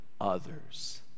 others